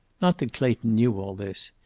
not that clayton knew all this.